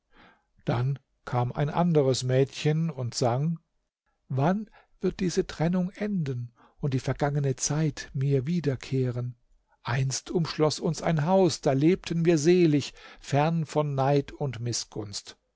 dann kam ein anderes mädchen und sang wann wird diese trennung enden und die vergangene zeit mir wiederkehren einst umschloß uns ein haus da lebten wir selig fern von neid und mißgunst